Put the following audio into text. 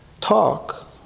talk